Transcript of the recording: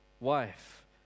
wife